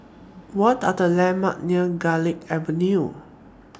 What Are The Landmark near Garlick Avenue